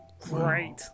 Great